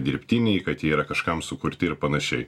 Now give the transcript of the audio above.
dirbtiniai kad jie yra kažkam sukurti ir pan